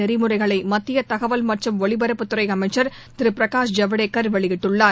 நெறிமுறைகளை மத்திய தகவல் மற்றும் ஒலிபரப்புத்துறை அமைச்சர் திரு பிரகாஷ் ஜவடேகர் வெளியிட்டுள்ளார்